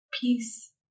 peace